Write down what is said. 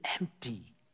empty